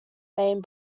name